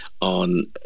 on